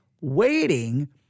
waiting